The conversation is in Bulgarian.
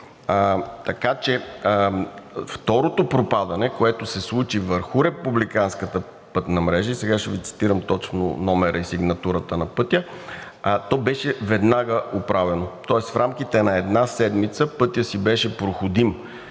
Второто пропадане, което се случи върху републиканската пътна мрежа – сега ще Ви цитирам точно номера и сигнатурата на пътя – то беше веднага оправено. Тоест в рамките на една седмица пътят си беше проходим